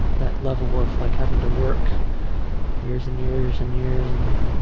that level of like having to work years and years and years.